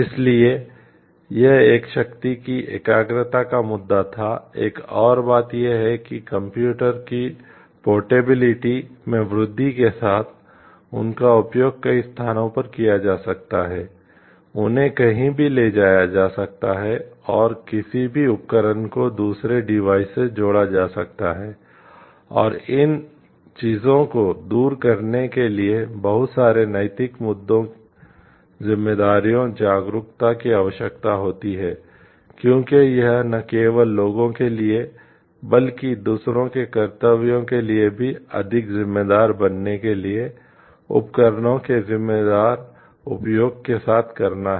इसलिए यह एक शक्ति की एकाग्रता का मुद्दा था एक और बात यह है कि कंप्यूटर से जोड़ा जा सकता है और इन चीजों को दूर करने के लिए बहुत सारे नैतिक मुद्दों जिम्मेदारियों जागरूकता की आवश्यकता होती है क्योंकि यह न केवल लोगों के लिए बल्कि दूसरों के कर्तव्यों के लिए भी अधिक जिम्मेदार बनने के लिए उपकरणों के जिम्मेदार उपयोग के साथ करना है